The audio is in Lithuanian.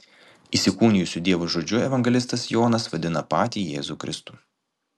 įsikūnijusiu dievo žodžiu evangelistas jonas vadina patį jėzų kristų